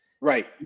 right